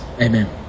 Amen